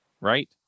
right